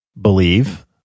believe